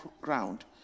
ground